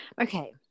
Okay